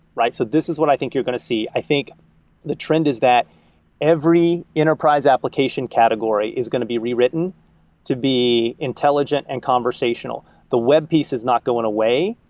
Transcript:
so this is what i think you're going to see. i think the trend is that every enterprise application category is going to be rewritten to be intelligent and conversational. the web piece is not going away,